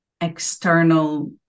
external